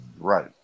Right